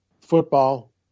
football